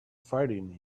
fighting